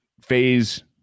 phase